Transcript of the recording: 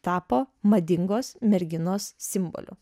tapo madingos merginos simboliu